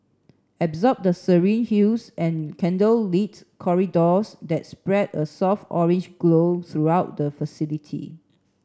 absorb the serene hues and candlelit corridors that spread a soft orange glow throughout the facility